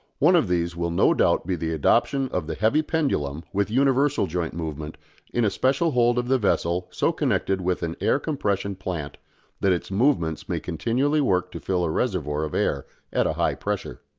one of these will no doubt be the adoption of the heavy pendulum with universal joint movement in a special hold of the vessel so connected with an air-compression plant that its movements may continually work to fill a reservoir of air at a high pressure.